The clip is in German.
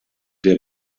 der